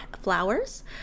flowers